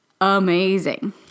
amazing